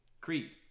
Creed